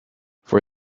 for